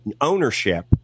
ownership